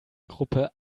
gruppe